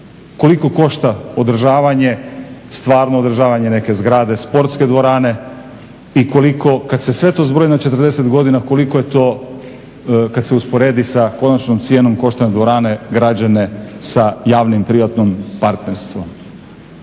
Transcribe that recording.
Koliko košta održavanje, stvarno održavanje neke zgrade, sportske dvorane i koliko kad se sve to zbroji na 40 godina koliko je to kad se usporedi sa konačnom cijenom košta građenje dvorane građane sa javno-privatnim partnerstvom.